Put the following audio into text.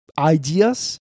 ideas